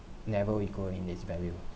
never equal in its value